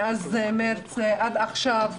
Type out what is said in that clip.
מאז מארס ועד עתה,